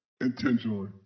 intentionally